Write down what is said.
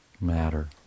matter